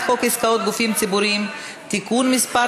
חוק עסקאות גופים ציבוריים (תיקון מס'